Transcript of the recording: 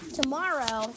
tomorrow